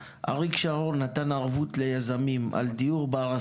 אחרי הרבה מאוד תלאות היא קיבלה את האישורים לדירה מותאמת.